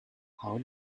how